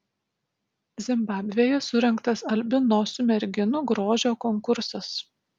zimbabvėje surengtas albinosių merginų grožio konkursas